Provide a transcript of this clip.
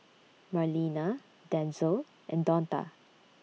Marlena Denzel and Donta